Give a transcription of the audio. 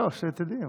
לא, שתדעי.